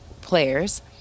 players